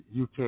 uk